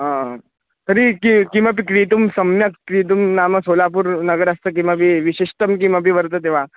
हा तर्हि किं किमपि क्रेतुं सम्यक् क्रेतुं नाम सोलापुरनगरस्तं किमपि विशिष्टं किमपि वर्तते वा